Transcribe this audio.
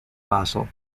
fossil